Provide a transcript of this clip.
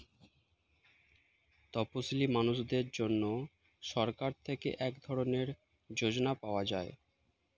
তপসীলি মানুষদের জন্য সরকার থেকে এক ধরনের যোজনা পাওয়া যায়